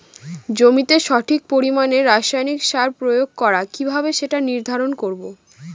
জমিতে সঠিক পরিমাণে রাসায়নিক সার প্রয়োগ করা কিভাবে সেটা নির্ধারণ করব?